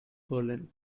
berlin